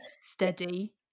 steady